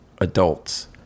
adults